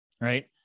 Right